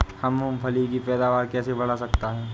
हम मूंगफली की पैदावार कैसे बढ़ा सकते हैं?